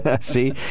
See